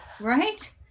Right